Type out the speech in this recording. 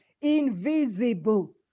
invisible